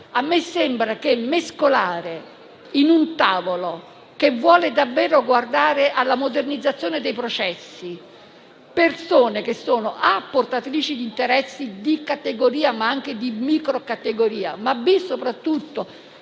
A me sembra che mescolare, in un tavolo che vuole davvero guardare alla modernizzazione dei processi, persone che sono portatrici di interessi di categoria, ma anche di microcategoria, ma soprattutto